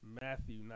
matthew